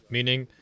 Meaning